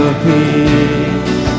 peace